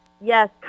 Yes